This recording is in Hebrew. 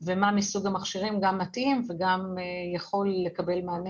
ומה מסוג המכשירים מתאים ויכול לקבל מענה